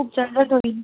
खूप होईल